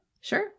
Sure